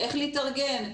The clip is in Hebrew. איך להתארגן.